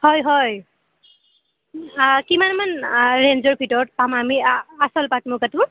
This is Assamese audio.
হয় হয় কিমানমান ৰেঞ্জৰ ভিতৰত পাম আমি আচল পাট মুগাটো